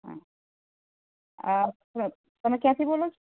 હા હા સ્યોર તમે ક્યાંથી બોલો છો